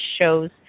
shows